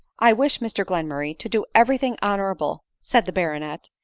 i wish, mr glenmurray, to do everything honorable, said the baronet,